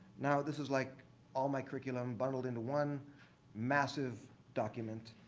now, this is like all my curriculum bundled into one massive document.